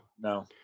no